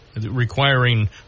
requiring